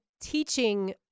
teaching –